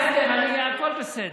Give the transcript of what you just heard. בסדר, הכול בסדר.